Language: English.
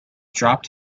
dropped